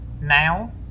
now